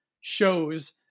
shows